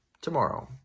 tomorrow